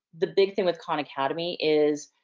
the big thing with khan academy is,